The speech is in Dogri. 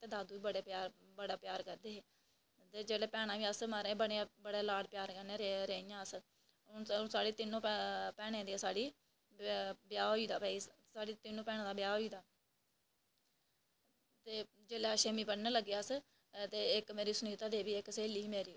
ते दादू बी बड़ा प्यार करदे हे ते जेल्लै भैनां बी मतलब बड़े लाड़ प्यार कन्नै रेहियां अस हून साढ़ी तीनों भैनां दे साढ़ी भ्याह् होई दा भई साढ़ी तीनों भैनां दा ब्याह् होई दा ते जेल्लै छेमीं पढ़न लग्गे अस ते इक्क सुनीता देवी मेरी स्हेली ही इक्क